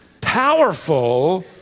powerful